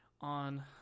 on